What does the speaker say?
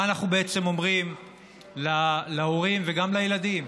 מה אנחנו בעצם אומרים להורים, וגם לילדים?